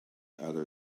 other